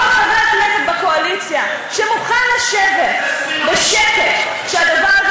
כל חבר כנסת בקואליציה שמוכן לשבת בשקט כשהדבר הזה